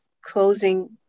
closing